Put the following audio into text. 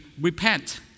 repent